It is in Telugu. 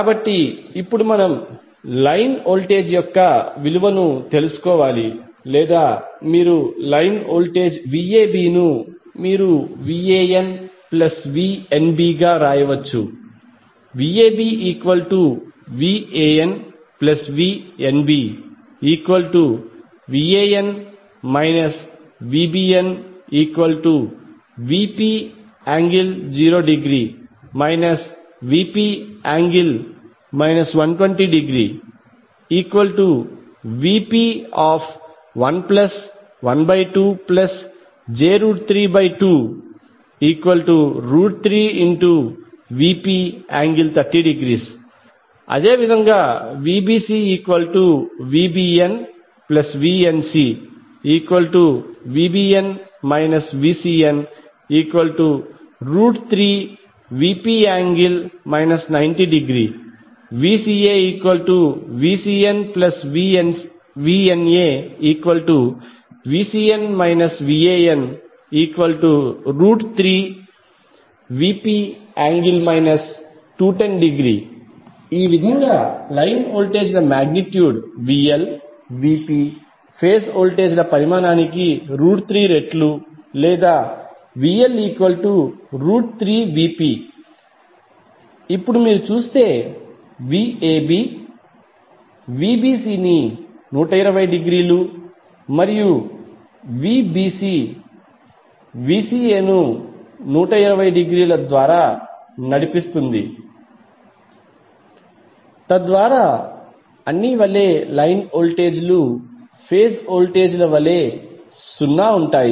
కాబట్టి ఇప్పుడు మనము లైన్ వోల్టేజ్ యొక్క విలువను తెలుసుకోవాలి లేదా మీరు లైన్ వోల్టేజ్ VAB ను మీరు VAN ప్లస్ VNB గా వ్రాయవచ్చు VabVanVnbVan VbnVp∠0° Vp∠ 120° Vp112j323Vp∠30° అదే విధముగా VbcVbnVncVbn Vcn3Vp∠ 90° VcaVcnVnaVcn Van3Vp∠ 210° ఈ విధంగా లైన్ వోల్టేజ్ ల మాగ్నిట్యూడ్ VL Vp ఫేజ్ వోల్టేజ్ల పరిమాణానికి3 రెట్లు లేదా VL3Vp ఇప్పుడు మీరు చూస్తేVab Vbc ని 120° మరియు Vbc Vca ను 120° ద్వారా నడిపిస్తుంది తద్వారా అన్నీ వలె లైన్ వోల్టేజీ లు ఫేజ్ వోల్టేజీ ల వలె సున్నా ఉంటాయి